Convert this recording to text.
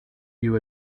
you